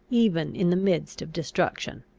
even in the midst of destruction.